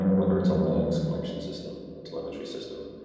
and whether it's a logs collection system, the telemetry system,